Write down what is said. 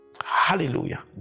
hallelujah